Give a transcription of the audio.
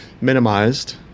minimized